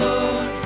Lord